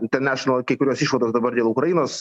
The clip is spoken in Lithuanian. international kai kurios išvados dabar dėl ukrainos